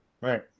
Right